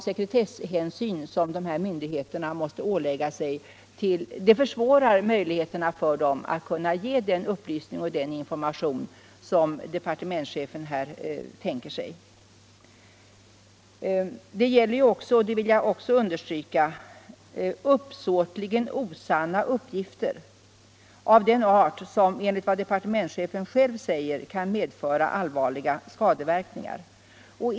Sekretesshänsyn som dessa myndigheter måste ålägga sig försämrar möjligheterna för dem att ge den upplysning och den information som departementschefen här tänker sig. Detta gäller även — det vill jag också understryka — uppsåtligen osanna uppgifter av den art som, enligt vad departementschefen själv säger, kan medföra allvarliga skadeverkningar.